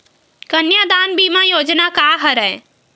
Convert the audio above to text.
कन्यादान बीमा योजना का हरय?